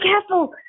careful